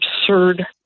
absurd